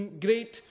great